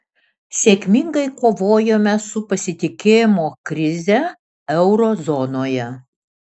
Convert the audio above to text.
sėkmingai kovojome su pasitikėjimo krize euro zonoje